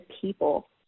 people